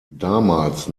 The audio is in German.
damals